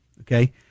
okay